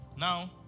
Now